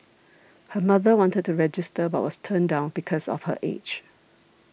her mother wanted to register but was turned down because of her age